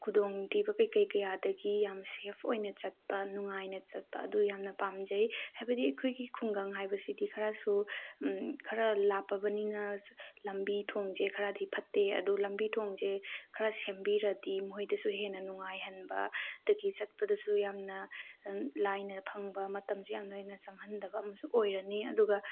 ꯈꯨꯗꯣꯡ ꯊꯤꯕ ꯀꯩꯀꯩ ꯀꯌꯥꯗꯒꯤ ꯌꯥꯝ ꯁꯦꯞ ꯑꯣꯏꯅ ꯆꯠꯄ ꯅꯨꯡꯉꯥꯏꯅ ꯆꯠꯄ ꯑꯗꯨ ꯌꯥꯝꯅ ꯄꯥꯝꯖꯩ ꯍꯥꯏꯕꯗꯤ ꯑꯩꯈꯣꯏꯒꯤ ꯈꯨꯡꯒꯪ ꯍꯥꯏꯕꯁꯤꯗꯤ ꯈꯔꯁꯨ ꯈꯔ ꯂꯥꯞꯄꯕꯅꯤꯅ ꯂꯝꯕꯤ ꯊꯣꯡꯁꯦ ꯈꯔꯗꯤ ꯐꯠꯇꯦ ꯑꯗꯨ ꯂꯝꯕꯤ ꯊꯣꯡꯁꯦ ꯈꯔ ꯁꯦꯝꯕꯤꯔꯗꯤ ꯃꯈꯣꯏꯗꯁꯨ ꯍꯦꯟꯅ ꯅꯨꯡꯉꯥꯏꯍꯟꯕ ꯑꯗꯨꯗꯒꯤ ꯆꯠꯄꯗꯁꯨ ꯌꯥꯝꯅ ꯂꯥꯏꯅ ꯐꯪꯕ ꯃꯇꯝꯁꯨ ꯌꯥꯝꯅ ꯆꯪꯍꯟꯗꯕ ꯑꯝꯁꯨ ꯑꯣꯏꯔꯅꯤ ꯑꯗꯨꯒ